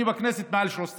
אני בכנסת מעל 13 שנים,